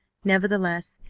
nevertheless,